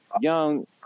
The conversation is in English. Young